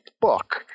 book